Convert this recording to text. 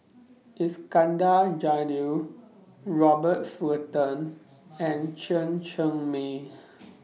Iskandar Jalil Robert Fullerton and Chen Cheng Mei